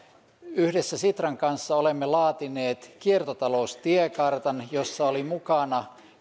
yhdessä sitran kanssa olemme laatineet kiertotaloustiekartan jossa oli mukana